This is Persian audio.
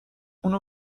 اونو